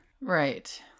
Right